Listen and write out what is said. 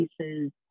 pieces